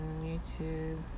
YouTube